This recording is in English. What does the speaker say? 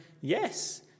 yes